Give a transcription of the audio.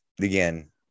again